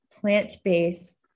plant-based